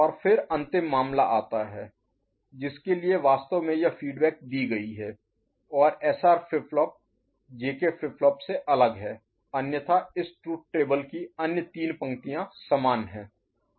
और फिर अंतिम मामला आता है जिसके लिए वास्तव में यह फीडबैक दी गई है और SR flip flop JK flip flop से अलग है अन्यथा इस ट्रुथ टेबल की अन्य तीन पंक्तियाँ समान है